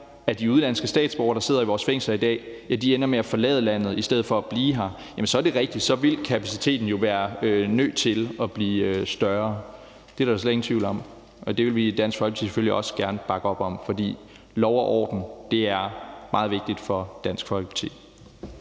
af de udenlandske statsborgere, der sidder i vores fængsler i dag, ender med at forlade landet i stedet for at blive her, så er det rigtigt, at kapaciteten vil være nødt til at blive større. Det er der da slet ingen tvivl om. Det vil vi i Dansk Folkeparti selvfølgelig også gerne bakke op om, for lov og orden er meget vigtigt for Dansk Folkeparti.